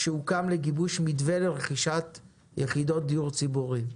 שהוקם לגיבוש מתווה לרכישת יחידות דיור ציבורי.